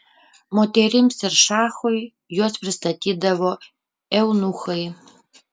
moterims ir šachui juos pristatydavo eunuchai